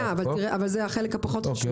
אין בעיה, אבל זה החלק הפחות חשוב.